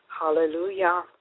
Hallelujah